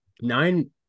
nine